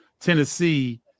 Tennessee